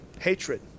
hatred